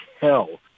hell